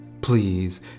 please